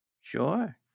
Sure